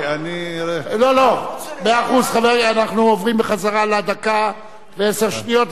אנחנו עוברים בחזרה לדקה ועשר שניות.